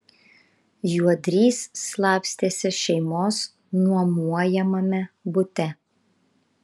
juodrys slapstėsi šeimos nuomojamame bute